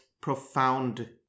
profound